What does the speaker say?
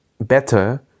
better